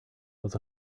was